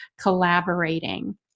collaborating